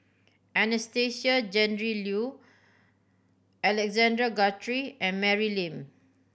Anastasia Tjendri Liew Alexander Guthrie and Mary Lim